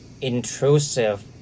intrusive